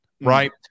right